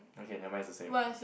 okay nevermind it's the same